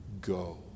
go